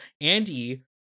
Andy